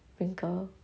wrinkle